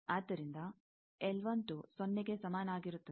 ಆದ್ದರಿಂದ ಸೊನ್ನೆಗೆ ಸಮನಾಗಿರುತ್ತದೆ